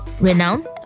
renowned